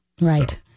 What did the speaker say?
Right